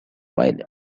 while